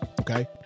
Okay